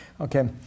Okay